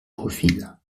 profils